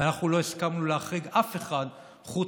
ואנחנו לא הסכמנו להחריג אף אחד חוץ